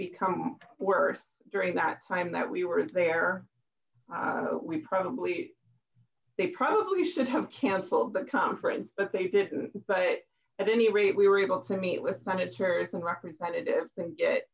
become worse during that time that we were there we probably they probably should have cancelled the conference but they didn't but at any rate we were able to meet with senators and representatives